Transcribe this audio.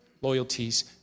loyalties